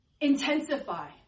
intensify